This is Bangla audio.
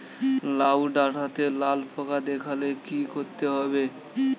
লাউ ডাটাতে লাল পোকা দেখালে কি করতে হবে?